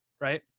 right